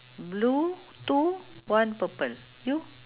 blue two one purple you